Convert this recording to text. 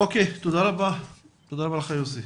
תודה רבה יוסי.